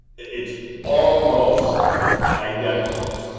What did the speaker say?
it's almost identical.